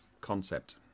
concept